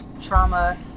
trauma